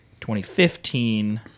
2015